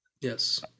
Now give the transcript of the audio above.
Yes